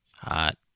Hot